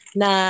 na